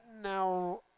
Now